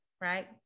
right